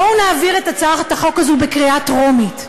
בואו נעביר את הצעת החוק הזאת בקריאה טרומית,